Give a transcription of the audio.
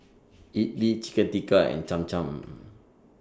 Idili Chicken Tikka and Cham Cham